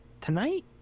tonight